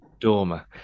Dorma